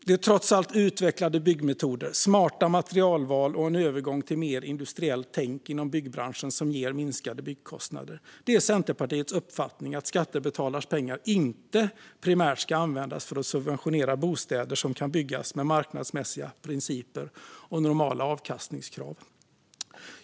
Det är trots allt utvecklade byggmetoder, smarta materialval och en övergång till mer industriellt tänk inom byggbranschen som ger minskade byggkostnader. Det är Centerpartiets uppfattning att skattebetalarnas pengar primärt inte ska användas för att subventionera bostäder som kan byggas med marknadsmässiga principer och normala avkastningskrav.